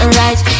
right